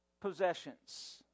possessions